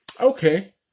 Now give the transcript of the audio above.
Okay